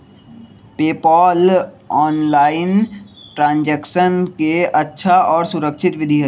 PayPal online transaction के अच्छा और सुरक्षित विधि हई